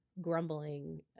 grumbling